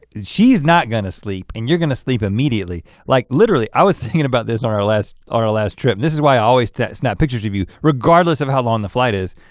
she's not gonna sleep and you're gonna sleep immediately. like literally, i was thinking about this on our last our last trip. this is why i always snap pictures of you, regardless of how long the flight is,